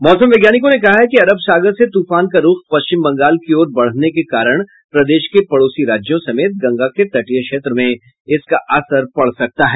मौसम वैज्ञानिकों ने कहा है कि अरब सागर से तूफान का रूख पश्चिम बंगाल की ओर बढ़ने के कारण प्रदेश के पड़ोसी राज्यों समेत गंगा के तटीय क्षेत्र में इसका असर पड़ सकता है